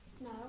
No